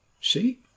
See